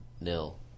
nil